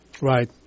Right